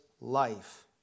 life